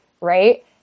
right